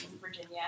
Virginia